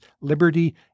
liberty